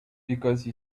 because